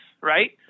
right